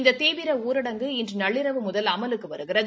இந்த தீவிர ஊரடங்கு இன்று நள்ளிரவு முதல் அமலுக்கு வருகிறது